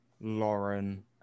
Lauren